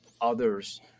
others